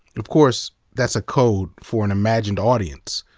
of course that's a code for an imagined audience,